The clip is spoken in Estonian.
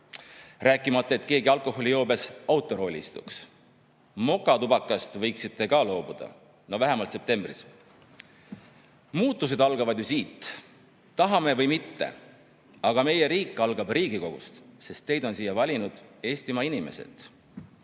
[sellest], et keegi alkoholijoobes autorooli istuks. Mokatubakast võiksite ka loobuda, no vähemalt septembris. Muutused algavad ju siit. Tahame või mitte, aga meie riik algab Riigikogust, sest teid on siia valinud Eestimaa inimesed.